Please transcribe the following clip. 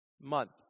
month